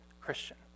Christian